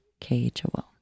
KHOL